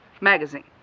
Magazine